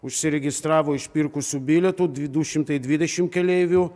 užsiregistravo išpirkusių bilietų du šimtai dvidešim keleivių